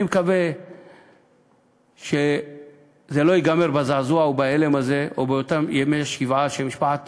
אני מקווה שזה לא ייגמר בזעזוע ובהלם הזה ובאותם ימי שבעה שמשפחת